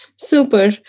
Super